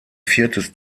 viertes